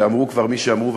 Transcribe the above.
ואמרו כבר מי שאמרו,